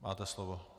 Máte slovo.